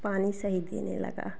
पानी सही देने लगा